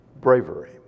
bravery